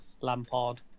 Lampard